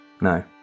no